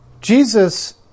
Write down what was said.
Jesus